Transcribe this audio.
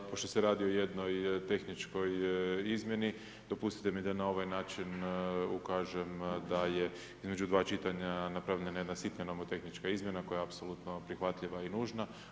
Pošto se radi o jednoj tehničkoj izmjeni dopustite mi da na ovaj način ukažem da je između dva čitanja napravljena jedna sitnija nomotehnička izmjena koja je apsolutno prihvatljiva i nužna.